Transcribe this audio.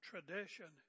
Tradition